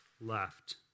left